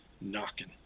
knocking